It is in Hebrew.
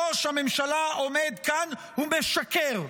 ראש הממשלה עומד כאן ומשקר,